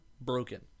broken